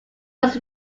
was